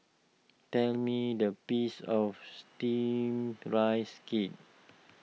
tell me the peace of Steamed Rice Cake